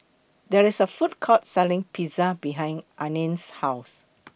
There IS A Food Court Selling Pizza behind Ariane's House